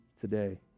today